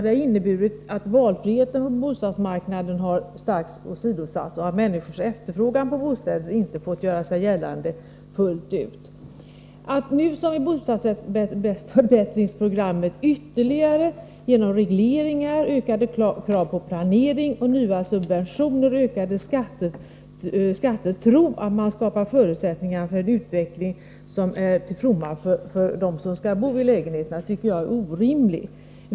Det har inneburit att valfriheten på bostadsmarknaden starkt åsidosatts och att människors efterfrågan på bostäder inte tillåtits göra sig gällande fullt ut. Att tro — vilket sägs i bostadsförbättringsprogrammet — att man genom ytterligare regleringar, ökade krav på planering, nya subventioner och höjda skatter skapar förutsättningar för en utveckling som är till fromma för dem som skall bo i lägenheterna är enligt min mening orimligt.